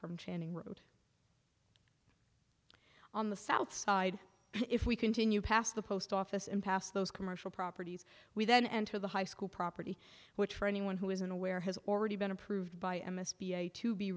from channing road on the south side if we continue past the post office and past those commercial properties we then enter the high school property which for anyone who isn't aware has already been approved by m s p a to be